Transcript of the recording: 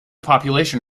population